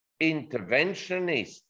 interventionist